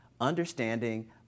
understanding